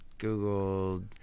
Google